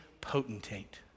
potentate